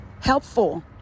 helpful